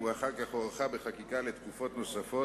ואחר כך הוארך בחקיקה לתקופות נוספות,